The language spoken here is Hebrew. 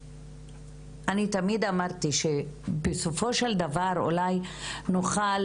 אני תמיד אמרתי שבסופו של דבר אולי נוכל